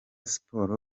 sports